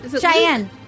Cheyenne